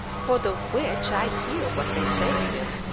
for the which, i hear what they say of him.